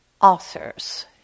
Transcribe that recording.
authors